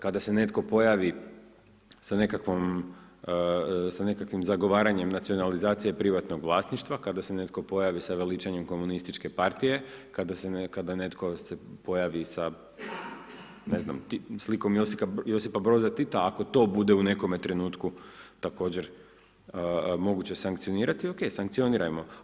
Kada se netko pojavi sa nekakvim zagovaranjem nacionalizacije privatnog vlasništva, kada se netko pojavi sa veličanjem komunističke partije, kada se netko pojavi sa, ne znam, slikom Josipa Broza Tita, ako to bude u nekome trenutku također moguće sankcionirati, oke, sankcionirajmo.